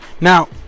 Now